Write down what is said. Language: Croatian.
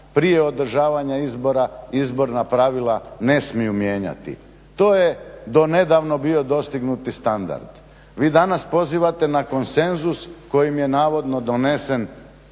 prije održavanja izbora izborna pravila ne smiju mijenjati. To je do nedavno bio dostignuti standard. Vi danas pozivate na konsenzus kojim je navodno donesen